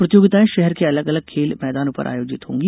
प्रतियोगिताएं षहर के अलग अलग खेल मैदानों पर आयोजित होगी